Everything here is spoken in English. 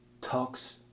talks